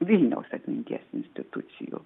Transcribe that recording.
vilniaus atminties institucijų